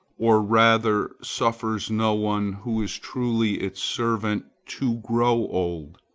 or rather suffers no one who is truly its servant to grow old,